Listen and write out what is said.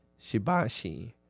Shibashi